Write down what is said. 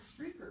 streaker